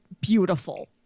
beautiful